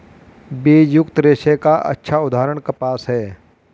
बीजयुक्त रेशे का अच्छा उदाहरण कपास है